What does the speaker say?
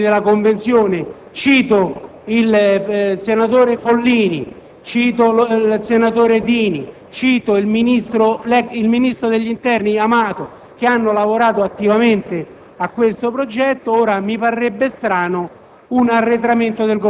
ex componenti della Convenzione - cito il senatore Follini, il senatore Dini, il ministro dell'interno Amato - che hanno lavorato attivamente a questo progetto; ora mi parrebbe strano